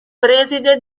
preside